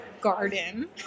garden